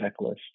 checklist